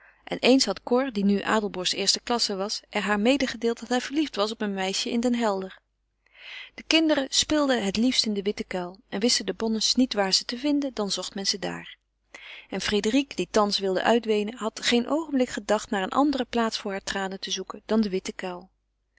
en eens had cor die nu adelborst eerste klasse was er haar medegedeeld dat hij verliefd was op een meisje in den helder de kinderen speelden het liefst in den witten kuil en wisten de bonnes niet waar ze te vinden dan zocht men ze daar en frédérique die thans wilde uitweenen had geen oogenblik gedacht naar een andere plaats voor hare tranen te zoeken dan den witten kuil